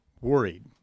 worried